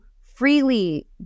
freely